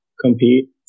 compete